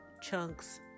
chunks